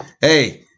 hey